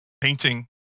painting